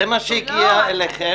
זה מה שהגיע אליכם?